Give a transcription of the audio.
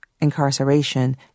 incarceration